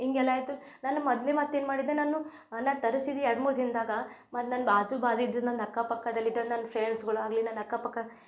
ಹಿಂಗೆಲ್ಲ ಆಯಿತು ನಾನು ಮೊದಲೇ ಮತ್ತು ಏನು ಮಾಡಿದೆ ನಾನು ನಾನು ತರಿಸಿದ ಎರಡು ಮೂರು ದಿನ್ದಾಗೆ ಮತ್ತು ನಾನು ಬಾಜು ಬಾಜು ಇದ್ದಿದ್ದ ನಂದು ಅಕ್ಕಪಕ್ಕದಲ್ಲಿದ್ದ ನನ್ನ ಫ್ರೆಂಡ್ಸ್ಗಳಾಗ್ಲಿ ನನ್ನ ಅಕ್ಕಪಕ್ಕ